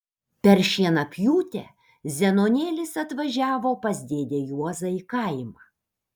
per šienapjūtę zenonėlis atvažiavo pas dėdę juozą į kaimą